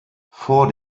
vor